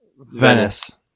Venice